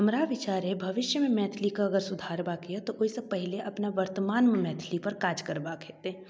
हमरा विचारे भविष्यमे मैथिलीके अगर सुधारबाके यऽ तऽ ओहिसँ पहिले अपना वर्तमानमे मैथिलीपर काज करबाक हेतै